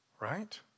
Right